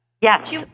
Yes